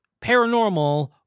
paranormal